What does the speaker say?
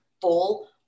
full